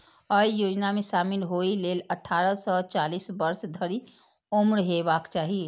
अय योजना मे शामिल होइ लेल अट्ठारह सं चालीस वर्ष धरि उम्र हेबाक चाही